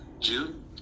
June